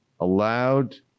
allowed